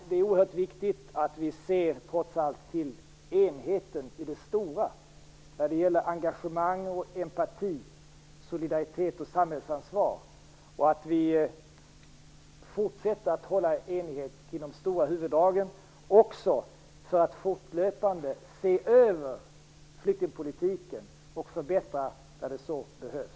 Det är oerhört viktigt att vi trots allt ser till enheten i det stora när det gäller engagemang och empati samt solidaritet och samhällsansvar och att vi fortsätter att hålla enighet kring huvuddragen. Det gäller också att fortlöpande se över flyktingpolitiken och förbättra där så behövs.